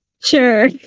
Sure